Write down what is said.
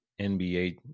NBA